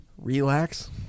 Relax